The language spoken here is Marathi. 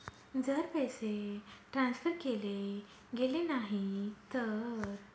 जर पैसे ट्रान्सफर केले गेले नाही तर?